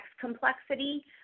complexity